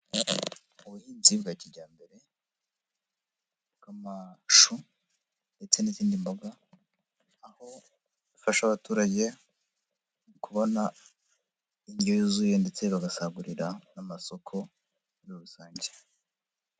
Ubuhinzi bwa kijyambere bw'amashu ndetse n'izindi mboga, aho zifasha abaturage kubona indyo yuzuye ndetse bagasagurira n'amasoko muri rusange.